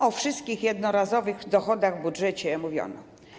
O wszystkich jednorazowych dochodach w budżecie mówiono.